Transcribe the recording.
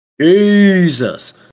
Jesus